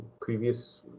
previous